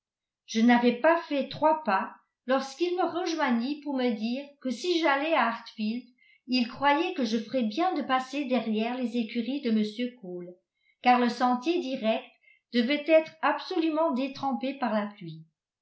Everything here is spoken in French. je n'avais pas fait trois pas lorsqu'il me rejoignit pour me dire que si j'allais à hartfield il croyait que je ferais bien de passer derrière les écuries de m cole car le sentier direct devait être absolument détrempé par la pluie